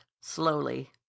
slowly